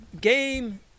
game